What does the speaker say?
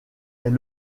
est